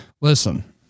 listen